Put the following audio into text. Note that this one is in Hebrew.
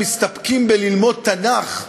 מסתפקים בללמוד תנ"ך,